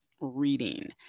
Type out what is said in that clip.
reading